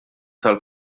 tal